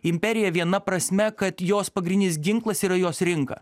imperija viena prasme kad jos pagrindinis ginklas yra jos rinka